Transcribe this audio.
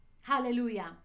Hallelujah